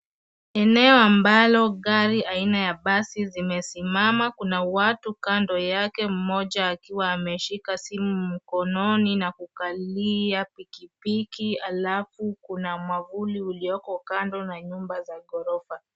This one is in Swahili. Eneo ambalo gari aina ya basi zimesimama. Kuna watu kando yake. Mmoja akiwa ameshika simu mkononi na kukalia pikipiki, alafu kuna mwavuli ulioko kando na nyumba za ghorofa.